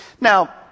Now